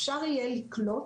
אפשר יהיה לקלוט